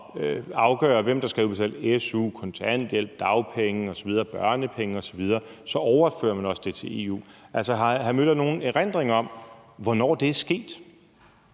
at afgøre, hvem der skal have udbetalt su, kontanthjælp, dagpenge, børnepenge osv., og så overfører man også det til EU. Altså, har hr. Henrik Møller nogen erindring om, hvornår det er sket?